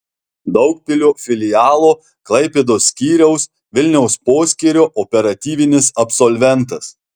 daugpilio filialo klaipėdos skyriaus vilniaus poskyrio operatyvinis absolventas